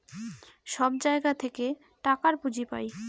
সব জায়গা থেকে টাকার পুঁজি পাই